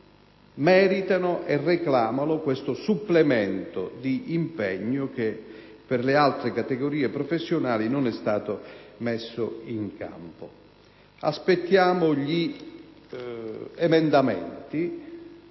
meritano e reclamano questo supplemento di impegno che per le altre categorie professionali non è stato messo in campo. Aspettiamo gli emendamenti;